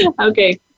Okay